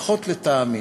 לפחות לטעמי,